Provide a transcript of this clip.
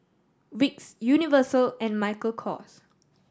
Vicks Universal and Michael Kors